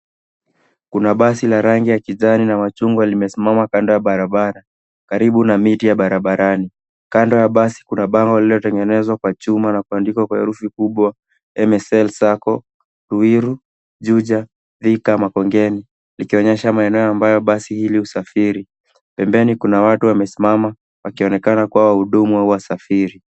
Kuna basi la rangi ya kijani na machungwa limesimama kando ya barabara karibu na miti ya barabarani. Kando ya basi kuna bango lililotengenezwa kwa chuma na kuandikwa kwa herufi kubwa: "MSL SACCO, RUIRU, JUJA, THIKA, MAKONGENI" likionyesha maeneo ambayo basi hili husafiri. Pembeni kuna watu wamesimama wakionekana kuwa wahudumu wa wasafiri.